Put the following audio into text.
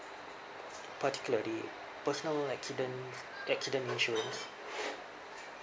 particularly personal accident accident insurance